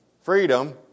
freedom